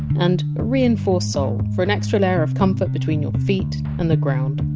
and a reinforced sole for an extra layer of comfort between your foot and the ground.